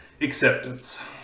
Acceptance